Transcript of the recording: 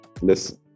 listen